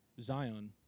Zion